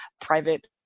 private